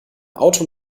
auto